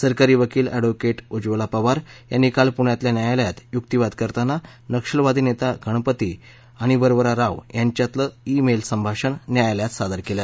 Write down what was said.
सरकारी वकील अर्छ्क्रोव्हकेट उज्वला पवार यांनी काल पुण्यातल्या न्यायालयात युक्तीवाद करताना नक्षलवादी नेता गणपती आणि वरवरा राव यांच्यातलं ई मेल संभाषण न्यायालयात सादर केलं